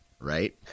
right